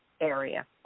area